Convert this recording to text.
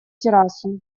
террасу